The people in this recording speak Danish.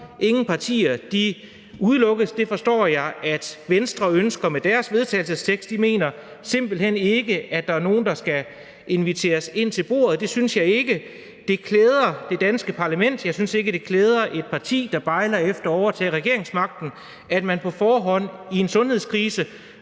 ingen partier udelukkes, men det forstår jeg Venstre ønsker med deres vedtagelsestekst, for de mener simpelt hen ikke, at der er nogen, der skal inviteres ind til bordet. Det synes jeg ikke klæder det danske parlament, jeg synes ikke, det klæder et parti, der bejler til at overtage regeringsmagten, at man på forhånd i en sundhedskrise